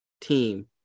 team